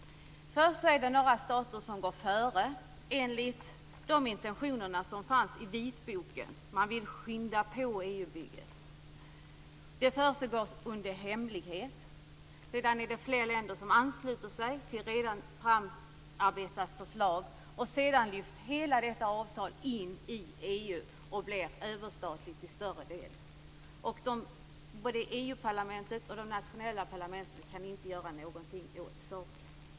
Först är det några stater som går före, enligt de intentioner som fanns i vitboken - man vill skynda på EU-bygget. Det försiggår under hemlighet. Sedan är det fler länder som ansluter sig till ett redan framarbetat förslag. Därefter lyfts hela detta avtal in i EU och blir överstatligt till större delen. Varken EU-parlamentet eller de nationella parlamenten kan göra någonting åt saken.